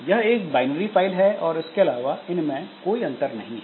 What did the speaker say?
यह एक binary file है और इसके अलावा कोई अंतर इनमें नहीं है